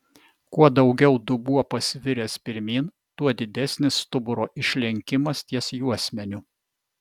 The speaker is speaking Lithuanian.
kuo daugiau dubuo pasviręs pirmyn tuo didesnis stuburo išlinkimas ties juosmeniu